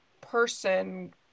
person